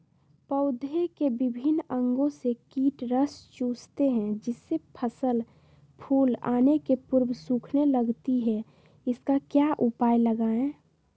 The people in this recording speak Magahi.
पौधे के विभिन्न अंगों से कीट रस चूसते हैं जिससे फसल फूल आने के पूर्व सूखने लगती है इसका क्या उपाय लगाएं?